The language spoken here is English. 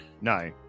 No